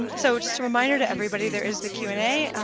and so just a reminder to everybody. there is the q and a,